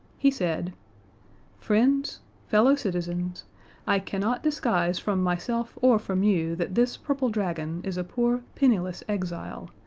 he said friends fellow citizens i cannot disguise from myself or from you that this purple dragon is a poor penniless exile,